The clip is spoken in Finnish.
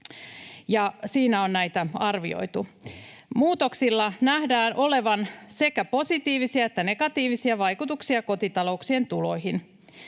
siinä on näitä arvioitu: ”Muutoksilla nähdään olevan sekä positiivisia että negatiivisia vaikutuksia kotitalouksien tuloihin.